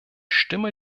stimme